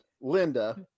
Linda